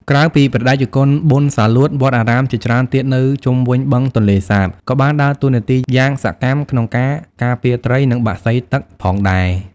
ក្រៅពីព្រះតេជគុណប៊ុន សាលួត វត្តអារាមជាច្រើនទៀតនៅជុំវិញ បឹងទន្លេសាប ក៏បានដើរតួនាទីយ៉ាងសកម្មក្នុងការ ការពារត្រី និងបក្សីទឹក ផងដែរ។